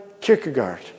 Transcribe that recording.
Kierkegaard